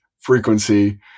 frequency